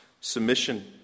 submission